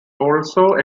also